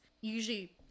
usually